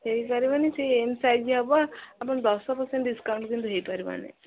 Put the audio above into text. ହେଇପାରିବନି ସେ M size ହେବ ଆପଣ ଦଶ ପର୍ସେଣ୍ଟ୍ ଡିସ୍କାଉଣ୍ଟ୍ କିନ୍ତୁ ହେଇପାରିବନି